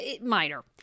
minor